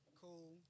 cool